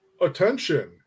attention